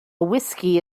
whiskey